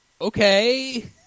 Okay